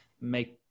make